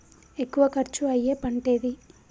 ఎక్కువ ఖర్చు అయ్యే పంటేది?